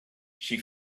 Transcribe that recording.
she